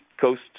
Coast